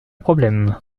problème